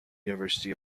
university